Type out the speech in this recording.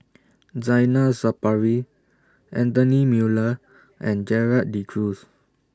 Zainal Sapari Anthony Miller and Gerald De Cruz